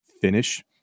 finish